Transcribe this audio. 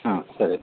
ಹಾಂ ಸರಿ